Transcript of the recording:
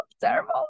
terrible